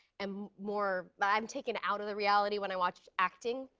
am more i'm taken out of the reality when i watch acting.